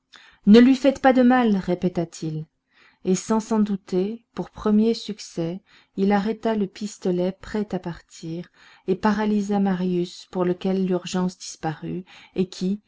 ne lui faites pas de mal répéta-t-il et sans s'en douter pour premier succès il arrêta le pistolet prêt à partir et paralysa marius pour lequel l'urgence disparut et qui